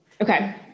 Okay